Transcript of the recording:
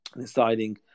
deciding